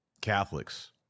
Catholics